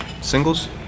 Singles